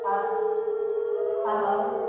અ હં હં